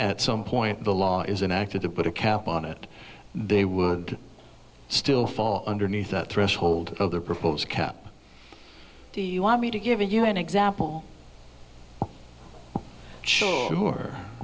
at some point the law is an actor to put a cap on it they would still fall underneath the threshold of their proposed cap do you want me to give you an example